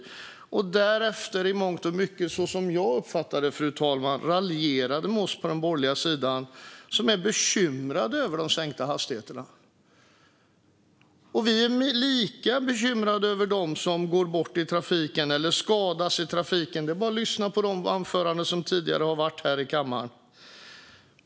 Därefter raljerade ledamoten i mångt och mycket - som jag uppfattade det, fru talman - när det gäller oss på den borgerliga sidan som är bekymrade över de sänkta hastigheterna. Vi är lika bekymrade över dem som går bort eller skadas i trafiken; det är bara att lyssna på de anföranden som har hållits tidigare här i kammaren.